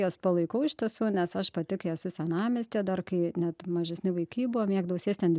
juos palaikau iš tiesų nes aš pati kai esu senamiesty dar kai net mažesni vaikai buvo mėgdavau sėsti ant